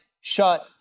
shut